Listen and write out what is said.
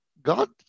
God